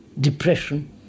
Depression